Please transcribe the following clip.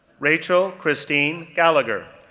rachel christine gallagher,